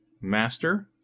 master